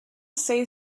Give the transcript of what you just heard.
say